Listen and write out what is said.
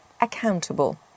accountable